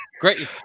Great